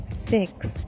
six